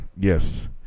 yes